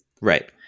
Right